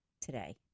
today